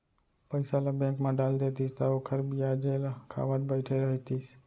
पइसा ल बेंक म डाल देतिस त ओखर बियाजे ल खावत बइठे रहितिस